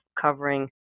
covering